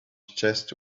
chest